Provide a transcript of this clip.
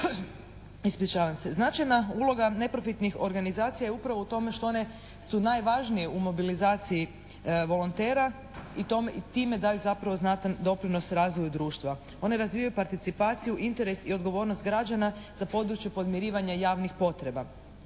tih procesa. Značajna uloga neprofitnih organizacija je upravo u tome što one su najvažnije u mobilizaciji volontera i time daju zapravo znatan doprinos razvoju društva. One razvijaju participaciju, interes i odgovornost građana za područje podmirivanja javnih potreba.